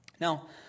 Now